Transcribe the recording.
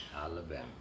Alabama